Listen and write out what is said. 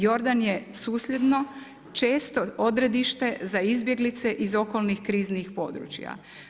Jordan je susjedno često odredište za izbjeglice iz okolnih kriznih područja.